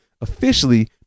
officially